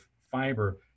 fiber